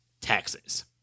taxes